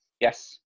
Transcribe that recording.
yes